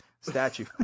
statue